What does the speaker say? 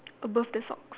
above the socks